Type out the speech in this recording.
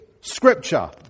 Scripture